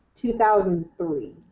2003